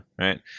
right